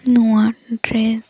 ନୂଆ ଡ୍ରେସ୍